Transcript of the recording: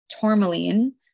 tourmaline